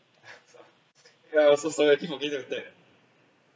!aiya! so sorry I keep forgetting need to clap